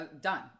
Done